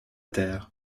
terre